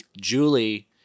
Julie